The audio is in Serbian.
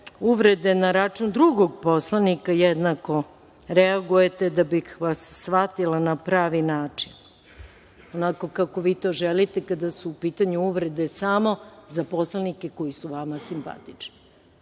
uvrede na račun drugog poslanika da jednako reagujete, da bih vas shvatila na pravi način, onako kako vi to želite kada su u pitanju uvrede samo za poslanike koji su vama simpatični,